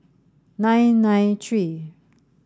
nine nine three